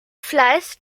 fleiß